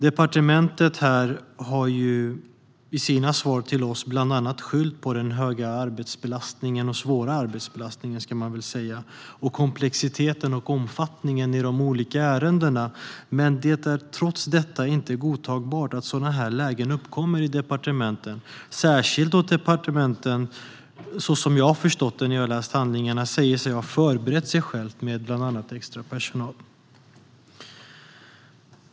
Departementet har i sina svar till oss bland annat skyllt på den höga och svåra arbetsbelastningen och de olika ärendenas komplexitet och omfattning. Men det är trots detta inte godtagbart att sådana här lägen uppkommer i departementen, särskilt då departementen, som jag förstått det när jag läst handlingarna, säger sig ha förberett sig med bland annat extra personal.